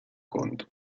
conto